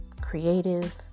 creative